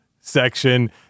section